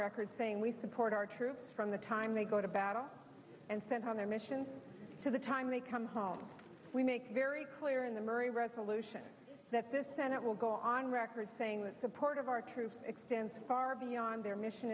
record saying we support our troops from the time they go to battle and sent on their missions to the time they come home we make very clear in the murray resolution that this senate will go on record saying the support of our troops extends far beyond their mission